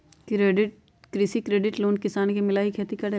कृषि credit loan किसान के मिलहई खेती करेला?